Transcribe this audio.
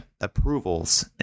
approvals